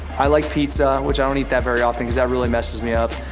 i like pizza, which i don't eat that very often cause that really messes me up.